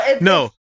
No